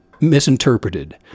misinterpreted